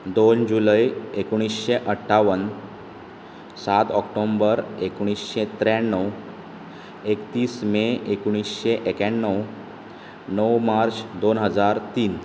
दोन जुलय एकुणिशें अठ्ठावन सात ऑक्टोबर एकुणिशें त्रेण्णाव एकतीस मे एकुणिशें एक्याणव णव मार्च दोन हजार तीन